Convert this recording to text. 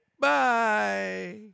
Bye